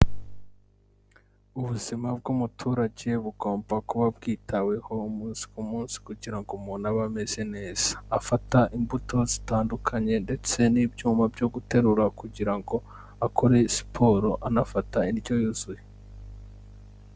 Ubuzima bw'umuturage bugomba kuba bwitaweho umunsi ku munsi kugira ngo umuntu aba ameze neza, afata imbuto zitandukanye ndetse n'ibyuma byo guterura kugira ngo akore siporo anafata indyo yuzuye.